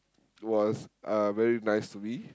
was uh very nice to me